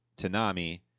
Tanami